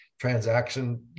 transaction